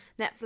Netflix